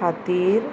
खातीर